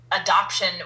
adoption